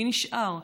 מי נשאר,